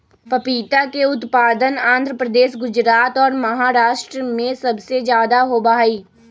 पपीता के उत्पादन आंध्र प्रदेश, गुजरात और महाराष्ट्र में सबसे ज्यादा होबा हई